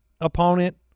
opponent